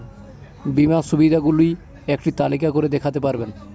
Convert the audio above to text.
বীমার সুবিধে গুলি একটি তালিকা করে দেখাতে পারবেন?